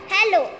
Hello